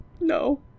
No